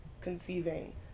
conceiving